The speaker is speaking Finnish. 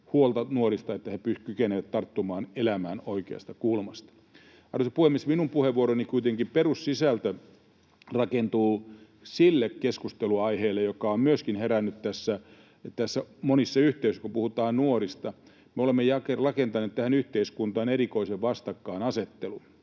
huolta nuorista, että he kykenevät tarttumaan elämään oikeasta kulmasta. Arvoisa puhemies! Kuitenkin minun puheenvuoroni perussisältö rakentuu sille keskusteluaiheelle, joka on myöskin herännyt monissa yhteyksissä, kun puhutaan nuorista. Me olemme rakentaneet tähän yhteiskuntaan erikoisen vastakkainasettelun,